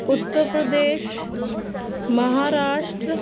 Uttar Pradesh Maharashtra